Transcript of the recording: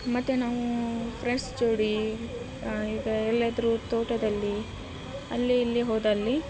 ಮತ್ತು ನಾವು ಫ್ರೆಂಡ್ಸ್ ಜೋಡಿ ಈಗ ಎಲ್ಲಿಯಾದ್ರೂ ತೋಟದಲ್ಲಿ ಅಲ್ಲಿ ಇಲ್ಲಿ ಹೋದಲ್ಲಿ